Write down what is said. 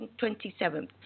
27th